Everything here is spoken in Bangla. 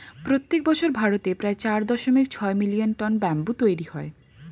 প্রত্যেক বছর ভারতে প্রায় চার দশমিক ছয় মিলিয়ন টন ব্যাম্বু তৈরী হয়